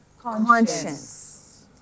conscience